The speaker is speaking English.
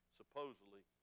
supposedly